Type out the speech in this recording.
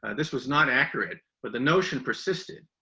and this was not accurate, but the notion persisted.